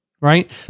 Right